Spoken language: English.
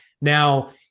Now